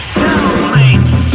cellmates